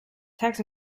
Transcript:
tax